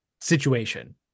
situation